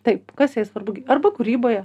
taip kas jai svarbu arba kūryboje